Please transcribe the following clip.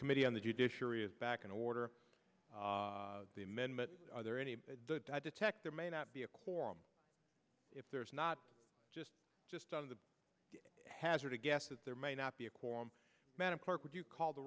committee on the judiciary is back in order the amendment are there any detect there may not be a quorum if there is not just just on the hazard a guess that there may not be a quorum madam clerk would you call the